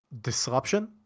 disruption